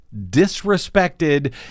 disrespected